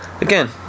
again